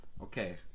Okay